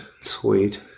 Sweet